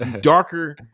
darker